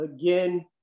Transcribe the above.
again